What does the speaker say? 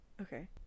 Okay